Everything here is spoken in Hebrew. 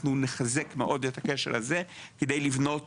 אנחנו נחזק מאוד את הקשר הזה, כדי לבנות